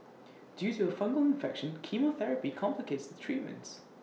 due to her fungal infection chemotherapy complicates the treatments